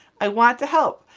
i want to help.